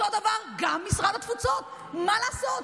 אותו הדבר גם משרד התפוצות, מה לעשות?